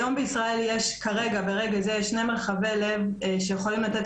היום בישראל ברגע זה יש שני מרחבי לב שיכולים לתת